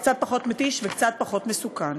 קצת פחות מתיש וקצת פחות מסוכן.